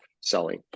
selling